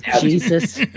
jesus